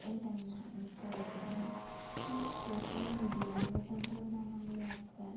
पण त्यांना विचारत नाही व सोशल मीडिया व तंत्रज्ञानामुळे आजकाल